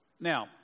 Now